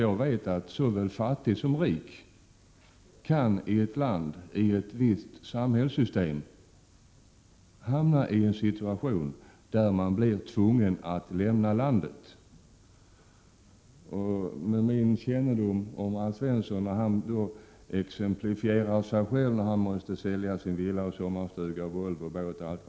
Jag vet ju att såväl fattig som rik i ett land med ett visst samhällssystem kan hamna i en situation där man blir tvungen att lämna landet. Alf Svensson exemplifierade med sig själv, när han måste sälja sin villa, sommarstuga, Volvo, båt och allt vad han har.